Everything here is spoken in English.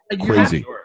Crazy